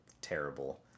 terrible